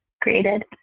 created